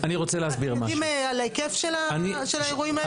אתם יודעים על ההיקף של האירועים האלה?